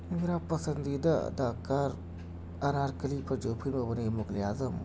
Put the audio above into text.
میرا پسندیدہ اداکار انارکلی پر جو فلم بنی مغلِ اعظم